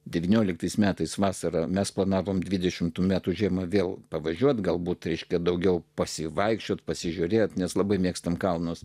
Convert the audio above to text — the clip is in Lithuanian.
devynioliktais metais vasarą mes planavome dvidešimtų metų žiema vėl pavažiuoti galbūt reiškia daugiau pasivaikščioti pasižiūrėti nes labai mėgstame kalnus